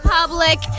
Public